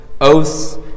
oaths